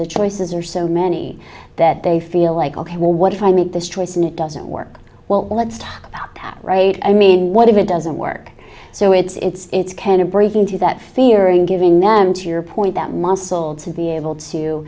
the choices are so many that they feel like ok well what if i made this choice and it doesn't work well let's talk about right i mean what if it doesn't work so it's kind of breathing through that fear and giving them to your point that muscle to be able to